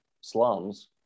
slums